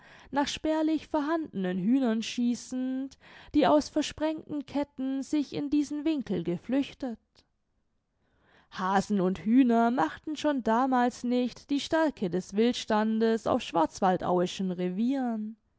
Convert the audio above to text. nach spärlich vorhandenen hühnern schießend die aus versprengten ketten sich in diesen winkel geflüchtet hasen und hühner machten schon damals nicht die stärke des wildstandes auf schwarzwaldauischen revieren